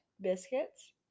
Biscuits